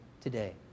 Today